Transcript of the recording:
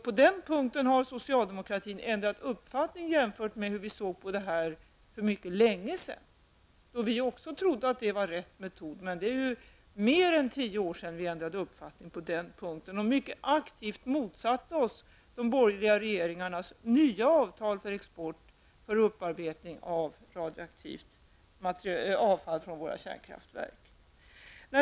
På den punkten har socialdemokratin ändrat uppfattning i förhållande till hur vi såg på detta för mycket länge sedan, då även vi trodde att det var rätt metod. Men det är nu mer än tio år sedan vi ändrade uppfattning på den punkten och mycket aktivt motsatte oss de borgerliga regeringarnas nya avtal för export av radioaktivt avfall för upparbetning från våra kärnkraftverk.